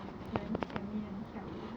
人前面跳舞